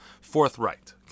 forthright